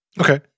Okay